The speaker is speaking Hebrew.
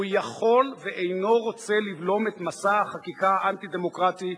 הוא יכול ואינו רוצה לבלום את מסע החקיקה האנטי-דמוקרטי,